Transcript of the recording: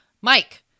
Mike